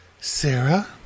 Sarah